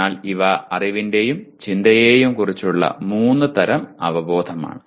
അതിനാൽ ഇവ അറിവിനെയും ചിന്തയെയും കുറിച്ചുള്ള മൂന്ന് തരം അവബോധമാണ്